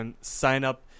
sign-up